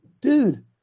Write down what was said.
dude